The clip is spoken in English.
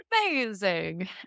Amazing